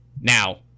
Now